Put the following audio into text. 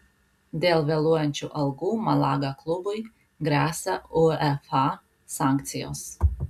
dėl vėluojančių algų malaga klubui gresia uefa sankcijos